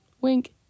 Wink